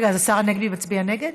רגע, השר הנגבי מצביע נגד?